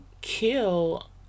kill